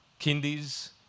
kindies